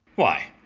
why,